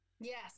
Yes